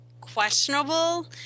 questionable